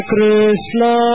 Krishna